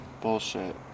bullshit